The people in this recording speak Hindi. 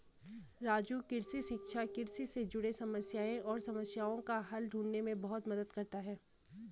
राजू कृषि शिक्षा कृषि से जुड़े समस्याएं और समस्याओं का हल ढूंढने में बहुत मदद करता है